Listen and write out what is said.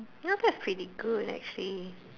ya that's pretty good actually